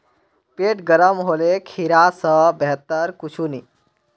पेट गर्म होले खीरा स बेहतर कुछू नी